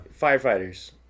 firefighters